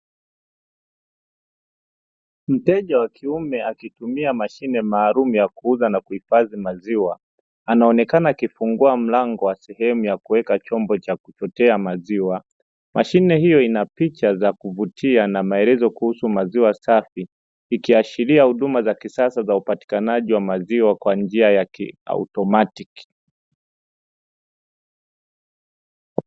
Mteja wa kiume akitumia mashine maalumu ya kuuza na kuhifadhi maziwa, anaonekana akifungua mlango wa sehemu ya kuweka chombo cha kuchotea maziwa, mashine hiyo ina picha za kuvutia na maelezo kuhusu maziwa safi, ikiashiria huduma za kisasa za upatikanaji wa maziwa kwa njia ya kiautomatiki.